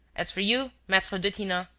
as for you, maitre detinan,